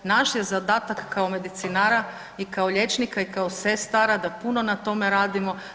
Naš je zadatak kao medicinara i kao liječnika i kao sestara da puno na tome radimo.